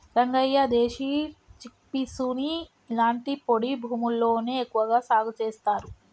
రంగయ్య దేశీ చిక్పీసుని ఇలాంటి పొడి భూముల్లోనే ఎక్కువగా సాగు చేస్తారు